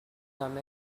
come